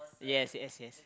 yes yes yes